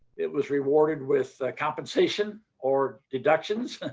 it was rewarded with compensation or deductions.